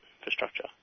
infrastructure